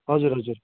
हजुर हजुर